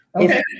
Okay